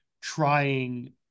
trying